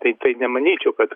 tai tai nemanyčiau kad